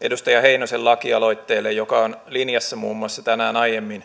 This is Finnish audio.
edustaja heinosen lakialoitteelle joka on linjassa muun muassa tänään aiemmin